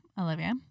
Olivia